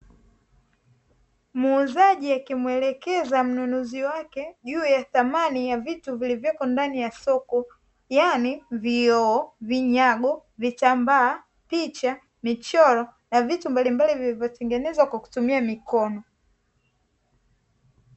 Muuzaji akimwelekeza mnunuzi wake juu ya thamani ya vitu vilivyoko ndani ya soko yaani vioo, vinyago, vitambaa, picha, michoro na vitu mbalimbali, vilivyotengenezwa kwa kutumia mikono.